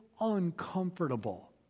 uncomfortable